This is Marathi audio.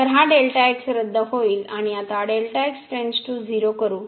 आणि आता Δx → 0 करू